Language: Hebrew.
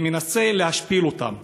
ומנסה להשפיל אותם.